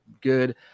good